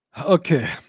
Okay